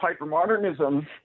hypermodernism